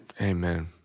Amen